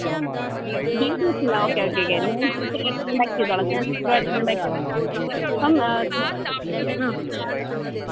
B ഡിവിഷൻലോ okay okay okay ഞാൻ ടീച്ചറായിട്ട് കോണ്ടാക്റ്റെ ചെയ്തോളാം ഞാൻ സിസ്റ്ററയിട്ട് കോണ്ടാക്റ്റെ ചെയ്തോളം ആ അപ്പം കൃത്യം ആ